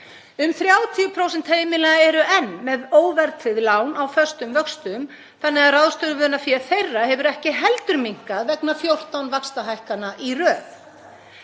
Um 30% heimila eru enn með óverðtryggð lán á föstum vöxtum þannig að ráðstöfunarfé þeirra hefur ekki heldur minnkað vegna 14 vaxtahækkana í röð.